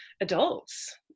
adults